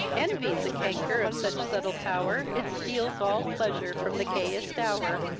envy's a canker of such subtle power, it steals all pleasure from the gayest hour.